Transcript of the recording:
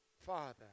Father